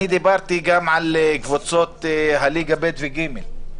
דיברתי גם על קבוצות ליגה ב' ו-ג'.